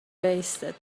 wasted